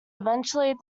eventually